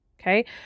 Okay